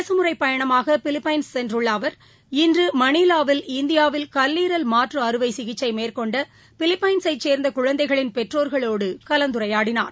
அரசுமுறைப் பயணமாக பிலிப்பைன்ஸ் சென்றுள்ள அவர் இன்று மணிலாவில் இந்தியாவில் கல்லீரல் மாற்று அறுவைக் சிகிச்சை மேற்கொண்ட பிலிப்பைள்ஸை சேர்ந்த குழந்தைகளின் பெற்றோர்களோடு கலந்துரையாடினார்